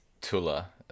Tula